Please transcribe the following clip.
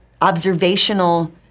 observational